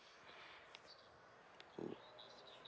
oo